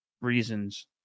reasons